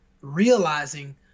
realizing